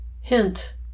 Hint